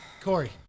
Corey